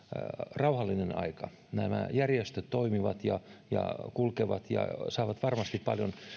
rauhallinen aika nämä järjestöt toimivat ja ja kulkevat ja saavat varmasti paljon